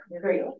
Great